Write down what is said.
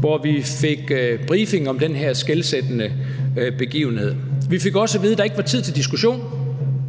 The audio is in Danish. hvor vi fik briefing om den her skelsættende begivenhed. Vi fik også at vide, at der ikke var tid til diskussion,